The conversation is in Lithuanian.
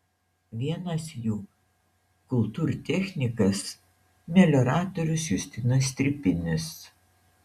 vienas jų kultūrtechnikas melioratorius justinas stripinis